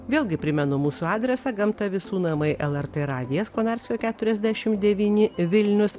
vėlgi primenu mūsų adresą gamta visų namai lrt radijas konarskio keturiasdešim devyni vilnius